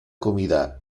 comida